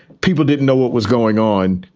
people didn't know what was going on.